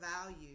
value